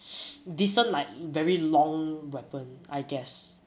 decent like very long weapon I guess